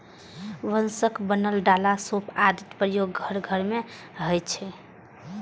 बांसक बनल डाला, सूप आदिक प्रयोग घर घर मे होइ छै